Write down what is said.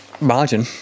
margin